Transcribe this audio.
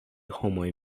homoj